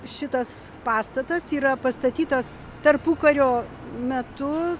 šitas pastatas yra pastatytas tarpukario metu